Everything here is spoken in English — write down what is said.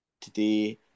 today